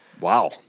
Wow